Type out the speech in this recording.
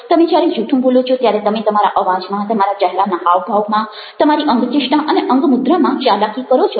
તમે જ્યારે જુઠ્ઠું બોલો છો ત્યારે તમે તમારા અવાજમાં તમારા ચહેરાના હાવભાવમાં તમારી અંગચેષ્ટા અને અંગમુદ્રામાં ચાલાકી કરો છો